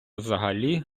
взагалі